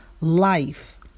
life